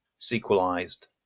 sequelized